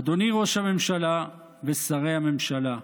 אדוני ראש הממשלה ושרי הממשלה,